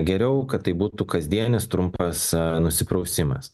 geriau kad tai būtų kasdienis trumpas nusiprausimas